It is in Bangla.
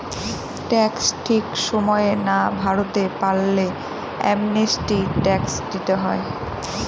ট্যাক্স ঠিক সময়ে না ভরতে পারলে অ্যামনেস্টি ট্যাক্স দিতে হয়